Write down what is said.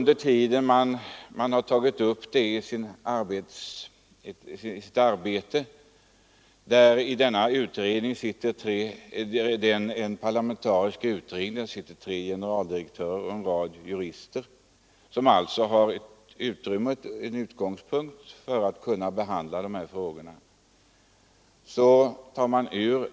Denna parlamentariska utredning, i vilken det sitter tre generaldirektörer och en rad jurister — det är alltså en utredning som har förutsättningar att behandla dessa frågor — har åtagit sig denna uppgift.